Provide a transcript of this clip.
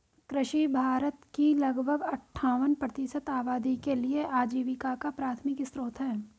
कृषि भारत की लगभग अट्ठावन प्रतिशत आबादी के लिए आजीविका का प्राथमिक स्रोत है